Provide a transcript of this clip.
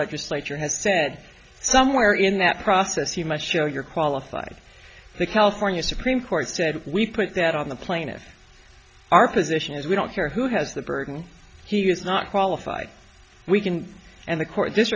legislature has said somewhere in that process you must show you're qualified the california supreme court said we put that on the plaintiffs our position is we don't care who has the burden he is not qualified we can and the court